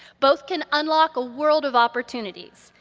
both can unlock a world of opportunities.